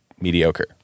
mediocre